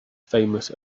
famous